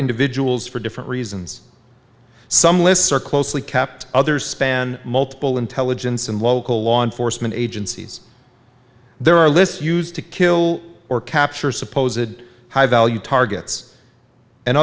individuals for different reasons some lists are closely kept others span multiple intelligence and local law enforcement agencies there are lists used to kill or capture supposedly high value targets and